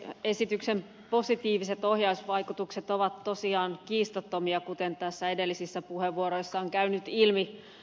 esityksen positiiviset ohjausvaikutukset ovat tosiaan kiistattomia kuten edellisissä puheenvuoroissa on käynyt ilmi